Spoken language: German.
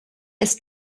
ist